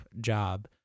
job